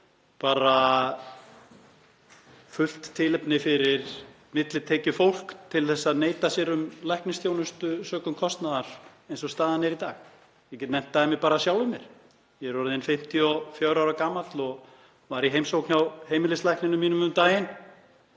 er fullt tilefni fyrir millitekjufólk til að neita sér um læknisþjónustu sökum kostnaðar eins og staðan er í dag. Ég get nefnt dæmi af sjálfum mér. Ég er orðinn 54 ára gamall og var í heimsókn hjá heimilislækninum mínum um daginn